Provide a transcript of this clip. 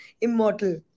immortal